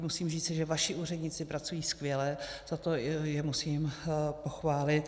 Musím říci, že vaši úředníci pracují skvěle, za to je musím pochválit.